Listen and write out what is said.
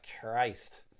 Christ